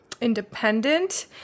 independent